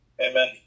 Amen